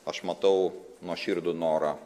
aš matau nuoširdų norą